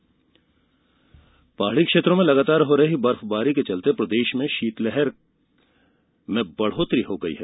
मौसम पहाड़ी क्षेत्रों में लगातार हो रही बर्फबारी के चलते प्रदेश में शीतलहर में बढ़ौतरी हुई है